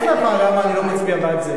אני מסביר לך למה אני לא מצביע בעד זה.